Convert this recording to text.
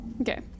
Okay